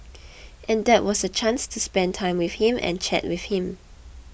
and that was a chance to spend time with him and chat with him